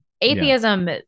atheism